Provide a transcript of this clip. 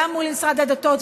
גם מול משרד הדתות,